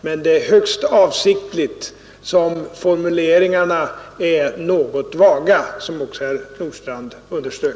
Men det är högst avsiktligt som formuleringarna är något vaga, vilket herr Nordstrandh också underströk.